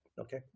Okay